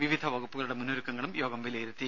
വിവിധ വകുപ്പുകളുടെ മുന്നൊരുക്കങ്ങളും യോഗം വിലയിരുത്തി